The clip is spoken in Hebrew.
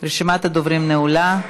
רשימת הדוברים נעולה.